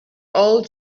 all